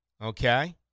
Okay